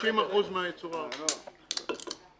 60% מהייצור הארצי.